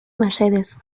mesedez